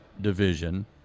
division